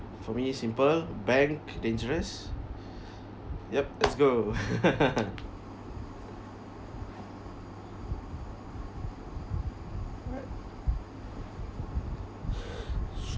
for me simple bank dangerous yup let's go